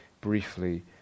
briefly